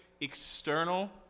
external